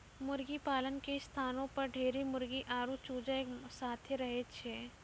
मुर्गीपालन के स्थानो पर ढेरी मुर्गी आरु चूजा एक साथै रहै छै